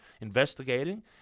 investigating